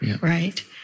Right